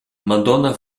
madonna